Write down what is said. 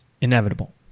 inevitable